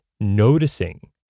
noticing